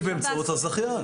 היא באמצעות הזכיין.